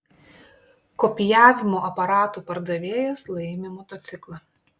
kopijavimo aparatų pardavėjas laimi motociklą